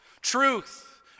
Truth